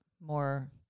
more